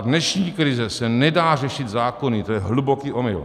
Ta dnešní krize se nedá řešit zákony, to je hluboký omyl.